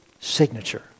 signature